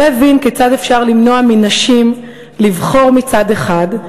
לא הבין כיצד אפשר למנוע מנשים לבחור מצד אחד,